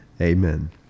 Amen